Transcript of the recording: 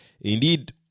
Indeed